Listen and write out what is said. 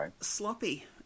sloppy